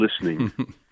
listening